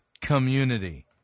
community